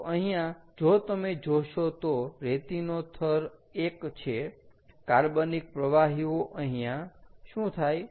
તો અહીંયા જો તમે જોશો તો રેતી નો થર 1 છે કાર્બનિક પ્રવાહીઓ અહીંયા શું થાય